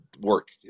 work